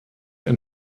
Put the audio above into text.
ein